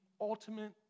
ultimate